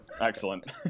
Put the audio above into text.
Excellent